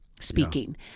Speaking